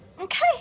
Okay